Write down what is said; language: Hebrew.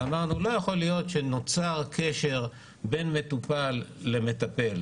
ואמרנו שלא יכול להיות שנוצר קשר בין מטופל למטפל,